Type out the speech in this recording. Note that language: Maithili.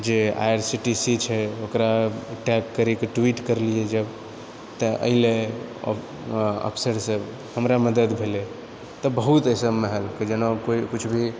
जे I R C T C छै ओकरा टैग करिके ट्वीट करलिऐ जब तऽ एलै ऑफिसर सब हमरा मदद भेलै तऽ बहुत अइसन जेना केओ किछु भी